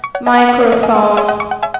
microphone